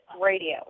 radio